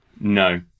No